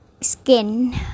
skin